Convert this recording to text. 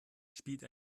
spielt